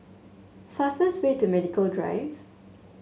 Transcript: fastest way to Medical Drive